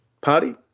party